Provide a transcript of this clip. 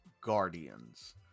Guardians